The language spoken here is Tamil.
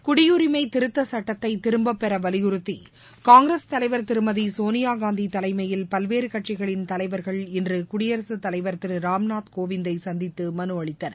குடியரிமை திருத்தச் சுட்டத்தை திரும்பப்பெற வலியுறுத்தி காங்கிரஸ் தலைவர் திருமதி சோனியா காந்தி தலைமையில் பல்வேறு கட்சிகளின் தலைவர்கள் இன்று குடியரசுத் தலைவர் திரு ராம்நாத் கோவிந்தை சந்தித்து மனு அளித்தனர்